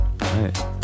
right